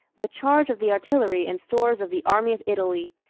with charge of the artillery and stores of the army of italy,